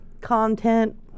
content